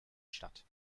stadt